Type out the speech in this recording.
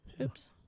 Oops